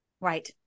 right